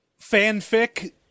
fanfic